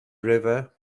river